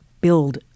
build